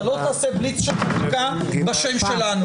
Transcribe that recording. אתה לא תעשה בליץ של חקיקה בשם שלנו.